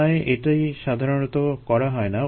তাই এটা সাধারণত করা হয় না